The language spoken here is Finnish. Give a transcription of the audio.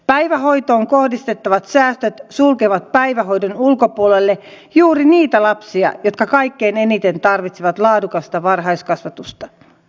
päivähoitoon kohdistettavat säästöt sulkevat päivähoidon ulkopuolelle juuri niitä lapsia jotka kaikkein eniten tarvitsevat laadukasta varhaiskasvatusta